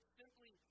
simply